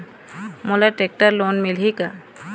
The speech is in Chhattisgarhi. मोला टेक्टर लोन मिलही का?